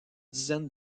dizaine